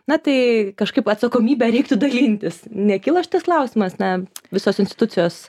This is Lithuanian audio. na tai kažkaip atsakomybę reiktų dalintis nekilo šitas klausimas na visos institucijos